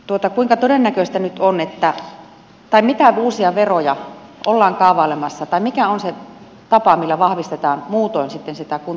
tuota kuinka todennäköistä nousemaan ja mitä uusia veroja ollaan kaavailemassa tai mikä on se tapa millä vahvistetaan muutoin sitten sitä kuntien verotulopohjaa